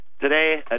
Today